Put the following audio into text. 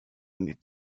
mais